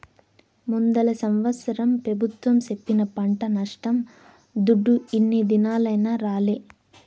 ముందల సంవత్సరం పెబుత్వం సెప్పిన పంట నష్టం దుడ్డు ఇన్ని దినాలైనా రాలే